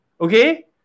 Okay